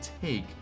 take